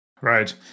Right